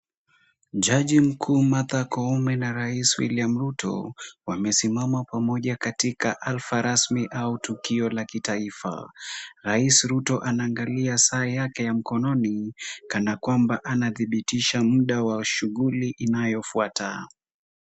Jaji mkuu Martha Koome na rais William Ruto wamesimama pamoja katika hafla rasmi au tukio la kitaifa. Rais Ruto anaangalia saa yake ya mkononi kana kwamba anadhibitisha muda wa shughuli inayofuata.